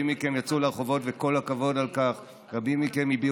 רבים מכם יצאו לרחובות, וכל הכבוד על כך.